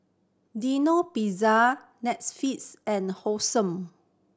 Pizza Netflix and Hosen